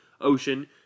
ocean